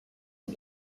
and